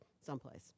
someplace